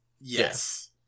yes